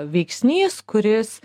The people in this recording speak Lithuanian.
veiksnys kuris